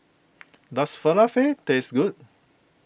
does Falafel taste good